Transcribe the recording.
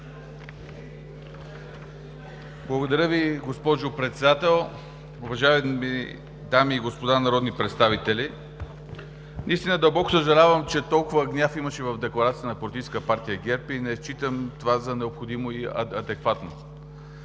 Благодаря Ви, госпожо Председател. Уважаеми дами и господа народни представители, наистина дълбоко съжалявам, че толкова гняв имаше в декларацията на Политическа партия ГЕРБ и не считам това за необходимо и адекватно.